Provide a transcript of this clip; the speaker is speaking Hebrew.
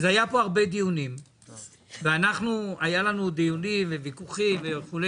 היו פה הרבה דיונים והיו לנו דיונים וויכוחים וכו',